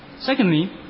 Secondly